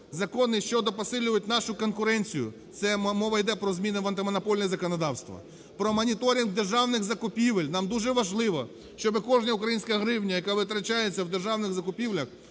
закони, що посилюють нашу конкуренцію, це мова йде про зміни в антимонопольне законодавство, про моніторинг державних закупівель, нам дуже важливо, щоб кожна українська гривня, яка витрачається в державних закупівлях,